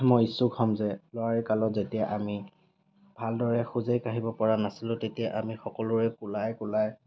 মই ইচ্ছুক হম যে ল'ৰালি কালত যেতিয়া আমি ভালদৰে খোজেই কাঢ়িব পৰা নাছিলোঁ তেতিয়া আমি সকলোৰে কোলাই কোলাই